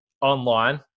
online